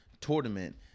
tournament